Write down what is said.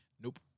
nope